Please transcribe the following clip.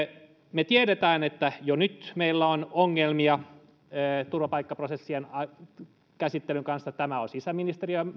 me tiedämme että jo nyt meillä on ongelmia turvapaikkaprosessien käsittelyn kanssa tämän on sisäministeriö